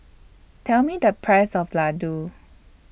Tell Me The Price of Ladoo